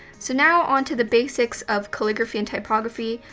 so now on to the basics of calligraphy and typography.